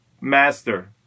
master